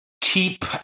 keep